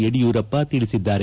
ಯಡಿಯೂರಪ್ಪ ತಿಳಿಸಿದ್ದಾರೆ